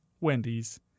Wendy's